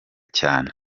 cyane